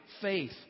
faith